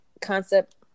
concept